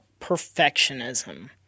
perfectionism